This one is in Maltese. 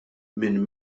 minn